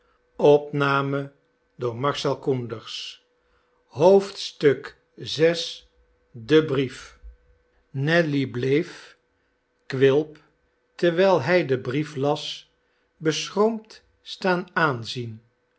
de brief nelly bleef quilp terwijl hij den brief las beschroomd staan aanzien